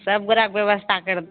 सब गोड़ाके व्यवस्था करब